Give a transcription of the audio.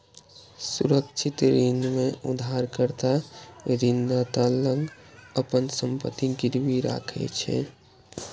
सुरक्षित ऋण मे उधारकर्ता ऋणदाता लग अपन संपत्ति गिरवी राखै छै